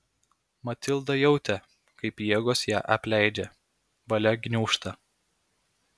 matilda jautė kaip jėgos ją apleidžia valia gniūžta